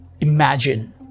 imagine